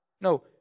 No